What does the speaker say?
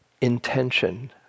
intention